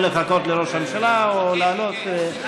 או לחכות לראש הממשלה או לעלות.